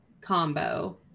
combo